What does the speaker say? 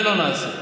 לא, את זה לא נעשה.